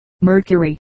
mercury